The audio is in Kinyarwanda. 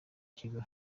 kigo